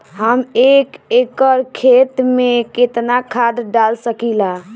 हम एक एकड़ खेत में केतना खाद डाल सकिला?